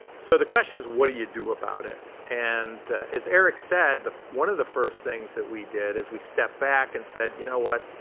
so the question is, what do you do about it? and as eric said, one of the first things that we did is we stepped back and said, you know what?